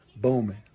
booming